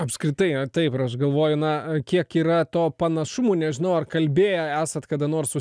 apskritai ar taip ir aš galvoju na kiek yra to panašumų nežinau ar kalbėję esat kada nors su